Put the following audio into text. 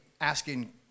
asking